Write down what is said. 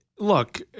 Look